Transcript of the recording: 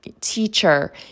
teacher